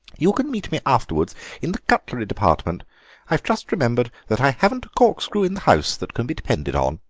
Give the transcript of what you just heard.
you can meet me afterwards in the cutlery department i've just remembered that i haven't a corkscrew in the house that can be depended on.